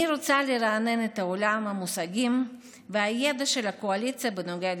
אני רוצה לרענן את עולם המושגים והידע של הקואליציה בנוגע לדמוקרטיה.